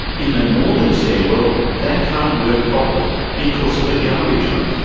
in the northern stairwell, that can't work properly because of the garbage room.